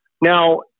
Now